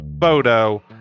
photo